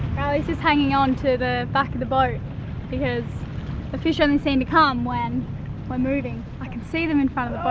riley's just hanging on to the back of the boat because the fish and only seem to come when we're moving. i can see them in front of